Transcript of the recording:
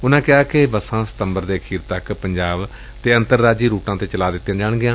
ਉਨ੍ਹਾ ਦਸਿਆ ਕਿ ਬਸਾ ਸਤੰਬਰ ਦੇ ਅਖੀਰ ਤੱਕ ਪੰਜਾਬ ਅਤੇ ਅੰਤਰਰਾਜੀ ਰੂਟਾ ਤੇ ਚਲਾ ਦਿੱਤੀਆਂ ਜਾਣਗੀਆਂ